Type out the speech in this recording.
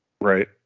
Right